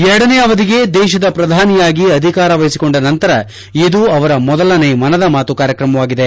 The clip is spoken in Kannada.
ಎರಡನೇ ಅವಧಿಗೆ ದೇಶದ ಪ್ರಧಾನಿಯಾಗಿ ಅಧಿಕಾರ ವಹಿಸಿಕೊಂಡ ನಂತರ ಇದು ಅವರ ಮೊದಲನೇ ಮನದ ಮಾತು ಕಾರ್ಯಕ್ರಮವಾಗಿದೆ